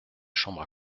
chambre